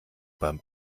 beim